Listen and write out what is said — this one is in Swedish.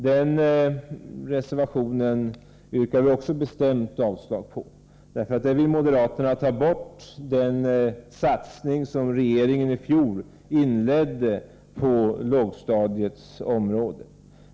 Den reservationen yrkar vi också bestämt avslag på. Där vill moderaterna ta bort den satsning som regeringen i fjol inledde på lågstadiets område.